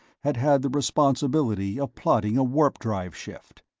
had had the responsibility of plotting a warp-drive shift.